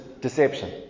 deception